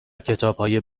کتابهای